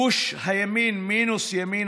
גוש הימין מינוס ימינה,